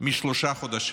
משלושה חודשים.